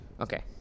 Okay